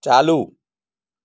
ચાલુ